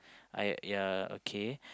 I ya okay